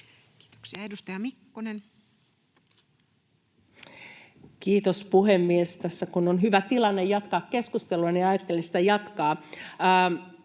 kanslia Time: 17:26 Content: Kiitos, puhemies! Tässä kun on hyvä tilanne jatkaa keskustelua, niin ajattelin sitä jatkaa.